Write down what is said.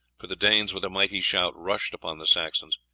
for the danes with a mighty shout rushed upon the saxons.